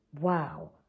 wow